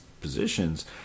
positions